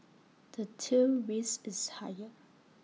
the tail risk is higher